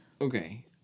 Okay